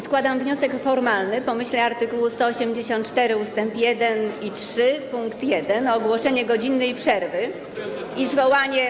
Składam wniosek formalny w myśl art. 184 ust. 1 i 3 pkt 1 o ogłoszenie godzinnej przerwy i zwołanie.